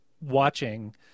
watching